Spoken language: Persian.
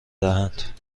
دهند